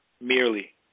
Merely